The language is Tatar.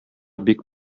бик